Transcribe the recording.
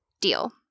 deal